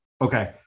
okay